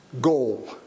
goal